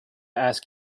ask